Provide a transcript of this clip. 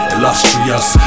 Illustrious